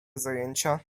zajęcia